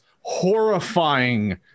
horrifying